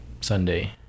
Sunday